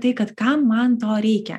tai kad kam man to reikia